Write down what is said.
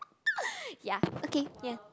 ya okay ya